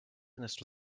nuestro